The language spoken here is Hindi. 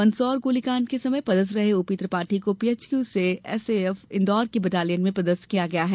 मंदसौर गोलीकांड के समय पदस्थ रहे ओपी त्रिपाठी को पीएचक्यू से एसएएफ इन्दौर की बटालियन में पदस्थ किया गया है